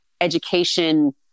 education